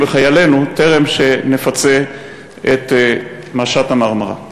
בחיילינו טרם שנפצה את הרוגי משט ה"מרמרה".